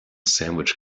sandwich